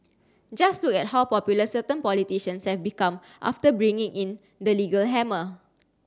just look at how popular certain politicians have become after bringing in the legal hammer